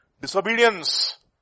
disobedience